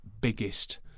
biggest